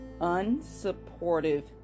unsupportive